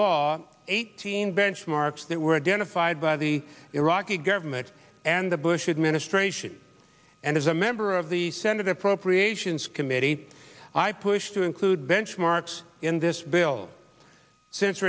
law eighteen benchmarks that were identified by the iraqi government and the bush administration and as a member of the senate appropriations committee i pushed to include benchmarks in this bill since